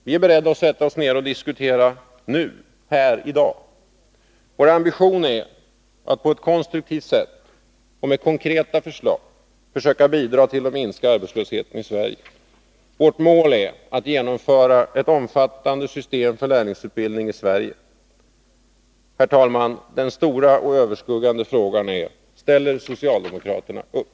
Vi är beredda att sätta oss ned och diskutera här i dag. Vår ambition är att på ett konstruktivt sätt och med konkreta förslag försöka bidra till att minska arbetslösheten i Sverige. Vårt mål är att genomföra ett omfattande system för lärlingsutbildning i Sverige. Den viktiga och överskuggande frågan nu är: Ställer socialdemokraterna upp?